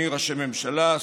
ראשי ממשלה,